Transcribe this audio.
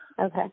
Okay